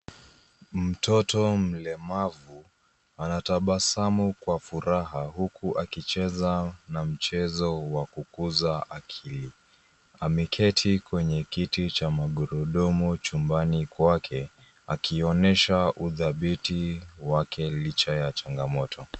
Mtoto mlemavu anatabasamu kwa furaha huku akicheza na mchezo wa kukuza akili ameketi kwenye kiti cha magurudumu chumbani kwake akionyesha udhabiti wake licha ya changamoto.